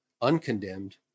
uncondemned